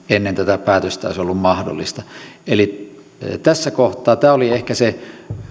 ennen tätä päätöstä olisi ollut mahdollista eli tässä kohtaa tämä oli ehkä se